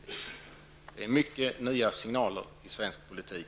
Om detta är fallet finns i så fall många nya signaler i svensk politik.